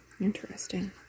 interesting